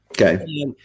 Okay